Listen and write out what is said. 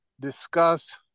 discuss